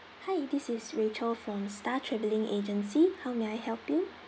hi this is rachel from star travelling agency how may I help you